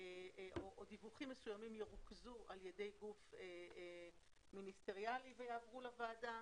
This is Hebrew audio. הוא שדיווחים מסוימים ירוכזו על ידי גוף מיניסטריאלי ויעברו לוועדה